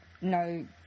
no